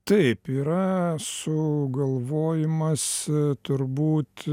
taip yra sugalvojimas turbūt